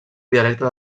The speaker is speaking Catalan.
dialecte